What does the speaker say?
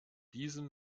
diesen